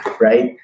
right